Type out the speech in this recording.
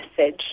message